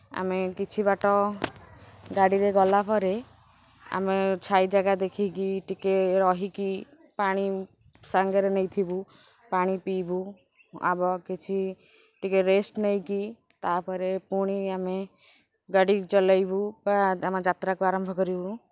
ଆମେ କିଛି ବାଟ ଗାଡ଼ିରେ ଗଲା ପରେ ଆମେ ଛାଇ ଜାଗା ଦେଖିକି ଟିକିଏ ରହିକି ପାଣି ସାଙ୍ଗରେ ନେଇଥିବୁ ପାଣି ପିଇବୁ ଆବ କିଛି ଟିକିଏ ରେଷ୍ଟ୍ ନେଇକି ତା'ପରେ ପୁଣି ଆମେ ଗାଡ଼ି ଚଲାଇବୁ ବା ଆମ ଯାତ୍ରାକୁ ଆରମ୍ଭ କରିବୁ